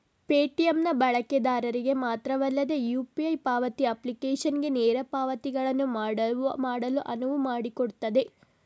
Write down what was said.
Paytm ನ ಬಳಕೆದಾರರಿಗೆ ಮಾತ್ರವಲ್ಲದೆ ಯು.ಪಿ.ಐ ಪಾವತಿ ಅಪ್ಲಿಕೇಶನಿಗೆ ನೇರ ಪಾವತಿಗಳನ್ನು ಮಾಡಲು ಅನುವು ಮಾಡಿಕೊಡುತ್ತದೆ